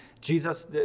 Jesus